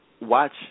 Watch